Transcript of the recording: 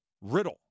riddle